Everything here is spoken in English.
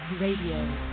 Radio